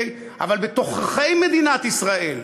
אבל בתוככי מדינת ישראל,